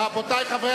רבותי חברי